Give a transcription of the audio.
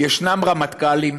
ישנם רמטכ"לים,